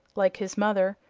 like his mother,